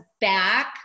back